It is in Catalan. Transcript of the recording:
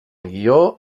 guió